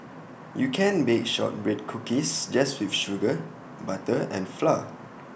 you can bake Shortbread Cookies just with sugar butter and flour